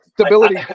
Stability